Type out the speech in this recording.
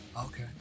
Okay